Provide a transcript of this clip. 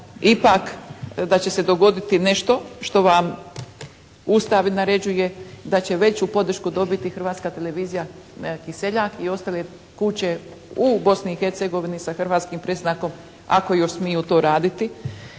ipak da će se dogoditi nešto što vam Ustav naređuje, da će veću podršku dobiti Hrvatska televizija, Kiseljak i ostale kuće u Bosni i Hercegovini sa hrvatskim predznakom, ako smiju još to raditi,